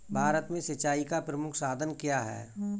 भारत में सिंचाई का प्रमुख साधन क्या है?